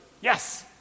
Yes